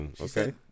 Okay